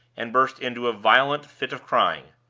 and burst into a violent fit of crying.